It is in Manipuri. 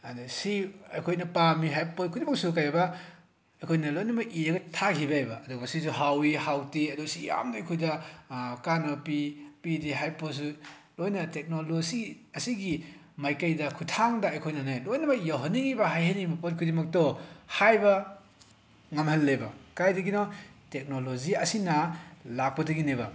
ꯑꯗꯒꯤ ꯁꯤ ꯑꯩꯈꯣꯏꯅ ꯄꯥꯝꯃꯤ ꯍꯥꯏꯕ ꯄꯣꯠ ꯈꯨꯗꯤꯡꯃꯛꯁꯨ ꯀꯩꯑꯕ ꯑꯩꯈꯣꯏꯅ ꯂꯣꯏꯅꯃꯛ ꯏꯔꯒ ꯊꯥꯈꯤꯕ ꯌꯥꯏꯑꯕ ꯑꯗꯨꯒ ꯁꯤꯁꯨ ꯍꯥꯎꯏ ꯍꯥꯎꯇꯦ ꯑꯗꯣ ꯁꯤ ꯌꯥꯝꯅ ꯑꯩꯈꯣꯏꯗ ꯀꯥꯟꯅꯕ ꯄꯤ ꯄꯤꯔꯤ ꯍꯥꯏꯕ ꯄꯣꯠꯁꯤꯁꯨ ꯂꯣꯏꯅ ꯇꯦꯛꯅꯣꯂꯣꯖꯤ ꯑꯁꯤꯒꯤ ꯃꯥꯏꯀꯩꯗ ꯈꯨꯠꯊꯥꯡꯗ ꯑꯩꯈꯣꯏꯅꯅꯦ ꯂꯣꯏꯅꯃꯛ ꯌꯧꯍꯟꯅꯤꯡꯂꯤꯕ ꯍꯥꯏꯍꯟꯅꯤꯡꯕ ꯄꯣꯠ ꯈꯨꯗꯤꯡꯃꯛꯇꯣ ꯍꯥꯏꯕ ꯉꯝꯍꯜꯂꯦꯕ ꯀꯥꯏꯗꯒꯤꯅꯣ ꯇꯦꯛꯅꯣꯂꯣꯖꯤ ꯑꯁꯤꯅ ꯂꯥꯛꯄꯗꯒꯤꯅꯦꯕ